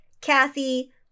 Kathy